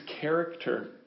character